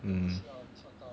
mm